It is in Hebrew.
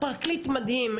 פרקליט מדהים,